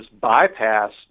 bypass